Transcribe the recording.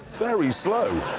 very slow.